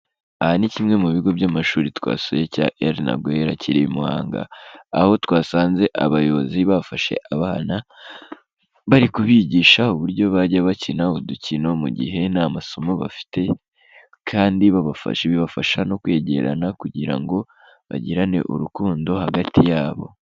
Aha ni kimwe mu bigo by'amashuri twasuye cya Erinagwela akiri i Muhanga, aho twasanze abayobozi bafashe abana bari kubigisha uburyo bajya bakina udukino mu gihe nta masomo bafite, kandi babafasha bibafasha no kwegerana kugira ngo bagirane urukundo hagati yabo.